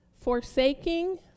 Forsaking